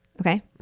Okay